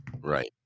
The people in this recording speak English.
Right